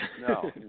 No